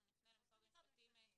אנחנו נפנה למשרד המשפטים.